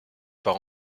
par